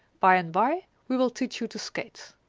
by and by we will teach you to skate.